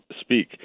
speak